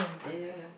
ya